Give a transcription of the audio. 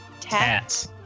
Tats